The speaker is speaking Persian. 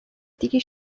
دیگه